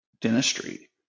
dentistry